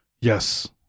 yes